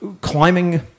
climbing